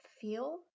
feel